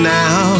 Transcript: now